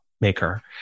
maker